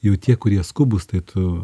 jau tie kurie skubus tai tu